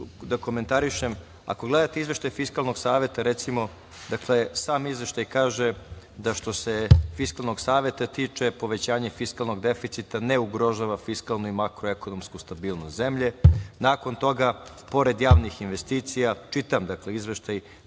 da komentarišem. Ako gledate izveštaj Fiskalnog saveta, recimo, sam izveštaj kaže da što se Fiskalnog saveta tiče povećanje fiskalnog deficita ne ugrožava fiskalnu i makro ekonomsku stabilnost zemlje. Nakon toga pored javnih investicija, čitam izveštaj,